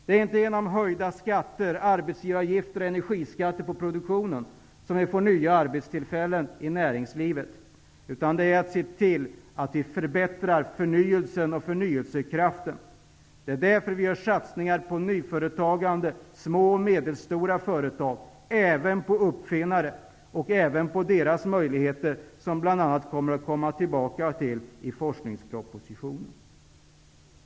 Det är inte genom höjda skatter, arbetsgivaravgifter och energiskatter på produktionen som vi får nya arbetstillfällen i näringslivet, utan det är genom att vi ser till att förbättra förnyelsen och förnyelsekraften. Det är därför vi gör satsningar på nyföretagande, små och medelstora företag, även på uppfinnare och på deras möjligheter, vilket vi bl.a. kommer tillbaka till i forskningspropositionen.